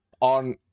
on